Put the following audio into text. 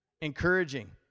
Encouraging